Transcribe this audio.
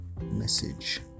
message